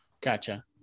Gotcha